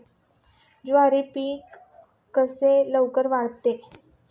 ज्वारी पीक कसे लवकर वाढते?